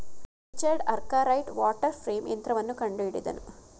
Richard Arkwright water frame ಯಂತ್ರವನ್ನು ಕಂಡುಹಿಡಿದನು